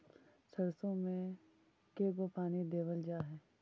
सरसों में के गो पानी देबल जा है?